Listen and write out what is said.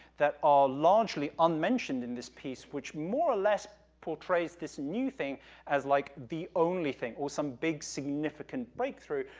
that are largely unmentioned in this piece, which more or less portrays this new thing as, like, the only thing or some big, significant breakthrough,